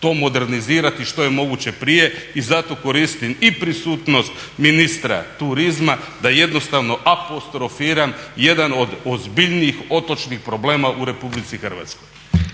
to modernizirati što je moguće prije i zato koristim i prisutnost ministra turizma da jednostavno apostrofiram jedan od ozbiljnijih otočnih problema u Republici Hrvatskoj. **Leko, Josip